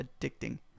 addicting